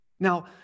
Now